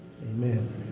Amen